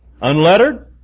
unlettered